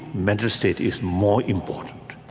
mental state is more important